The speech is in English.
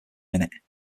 minute